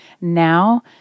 now